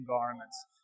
environments